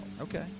Okay